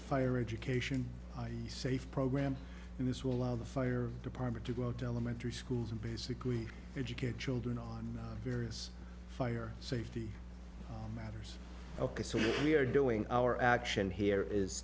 fire education safe program and this will allow the fire department to go to elementary schools and basically educate children on various fire safety matters ok so we are doing our action here is